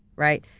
right.